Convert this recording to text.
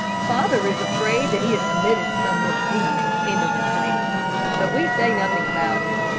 father is afraid that he has committed some misdeed, and is in hiding but we say nothing about it.